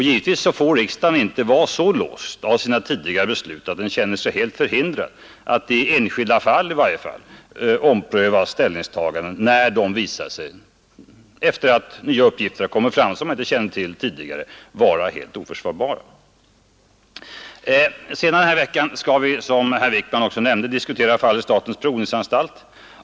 Givetvis får riksdagen inte vara så låst av sina tidigare beslut att den känner sig helt förhindrad att, åtminstone i enskilda fall, ompröva ställningstaganden när dessa, efter det uppgifter kommit fram som man inte känt till tidigare, visar sig vara helt oförsvarbara. Senare i denna vecka skall vi, som herr Wiikman nämnde, diskutera fallet statens provningsanstalt.